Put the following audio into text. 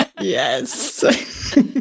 yes